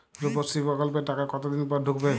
রুপশ্রী প্রকল্পের টাকা কতদিন পর ঢুকবে?